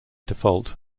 default